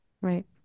Right